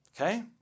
Okay